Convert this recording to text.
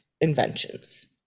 inventions